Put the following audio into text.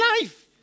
life